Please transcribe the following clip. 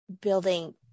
building